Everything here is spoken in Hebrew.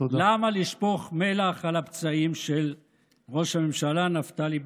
למה לשפוך מלח על הפצעים של ראש הממשלה נפתלי בנט?